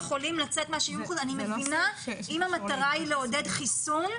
אני מבינה אם המטרה היא לעודד חיסון.